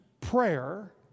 Prayer